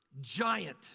giant